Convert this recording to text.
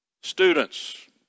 Students